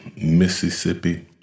Mississippi